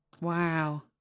wow